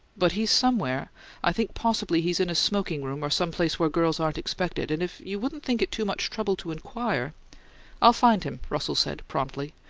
but he's somewhere i think possibly he's in a smoking-room or some place where girls aren't expected, and if you wouldn't think it too much trouble to inquire i'll find him, russell said, promptly.